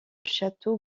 château